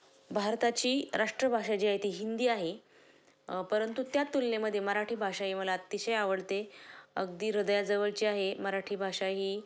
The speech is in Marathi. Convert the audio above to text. भारताची राष्ट्रभाषा जी आहे ती हिंदी आहे परंतु त्या तुलनेमध्ये मराठी भाषा ही मला अतिशय आवडते अगदी हृदयाजवळची आहे मराठी भाषा ही